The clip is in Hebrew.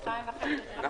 200%. אבל אני אומר,